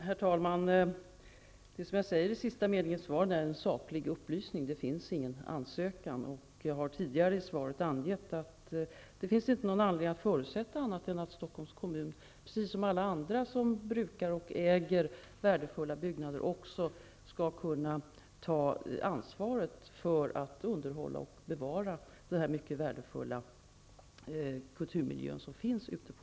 Herr talman! Det jag sade i slutet av mitt svar är en saklig upplysning. Det har inte kommit in någon ansökan. Jag har tidigare i svaret angett att det inte finns någon anledning att förutsätta något annat än att Stockholms kommun, precis som alla andra som brukar och äger värdefulla byggnader, skall kunna ta ansvaret för att underhålla och bevara den värdefulla kulturmiljö som finns ute på